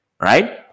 right